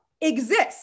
exists